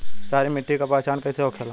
सारी मिट्टी का पहचान कैसे होखेला?